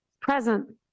present